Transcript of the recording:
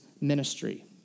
ministry